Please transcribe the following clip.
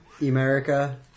America